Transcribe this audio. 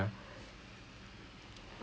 interesting sia